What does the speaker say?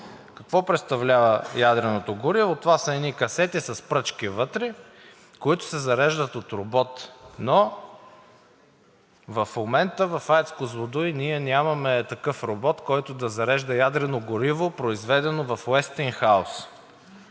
Какво представлява ядреното гориво? Това са едни касети с пръчки вътре, които се зареждат от робот, но в момента в АЕЦ „Козлодуй“ ние нямаме такъв робот, който да зарежда ядрено гориво, произведено в „Уестингхаус“,